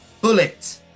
Bullet